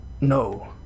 no